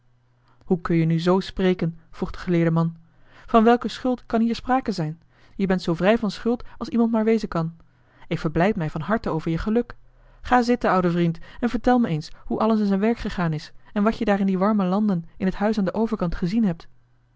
hoe kun je nu zoo spreken vroeg de geleerde man van welke schuld kan hier sprake zijn je bent zoo vrij van schuld als iemand maar wezen kan ik verblijd mij van harte over je geluk ga zitten oude vriend en vertel mij eens hoe alles in zijn werk gegaan is en wat je daar in die warme landen in het huis aan den overkant gezien hebt